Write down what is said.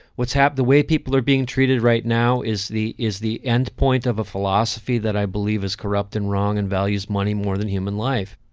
what's hap the way people are being treated right now is the is the end point of a philosophy that i believe is corrupt and wrong and values money more than human life.